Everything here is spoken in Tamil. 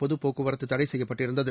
பஸ் போக்குவரத்து தடை செய்யப்பட்டிருந்தது